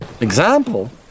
Example